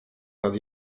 nad